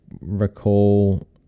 recall